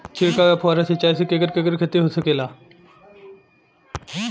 छिड़काव या फुहारा सिंचाई से केकर केकर खेती हो सकेला?